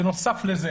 בנוסף לכך,